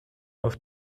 auf